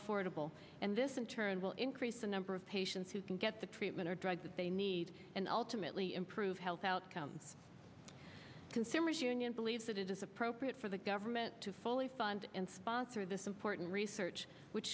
affordable and this in turn will increase the number of patients who can get the treatment or drugs that they need and ultimately improve health outcomes consumer's union believes that it is appropriate for the government to fully fund and sponsor this important research which